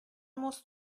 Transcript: musst